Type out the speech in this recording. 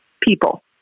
people